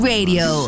Radio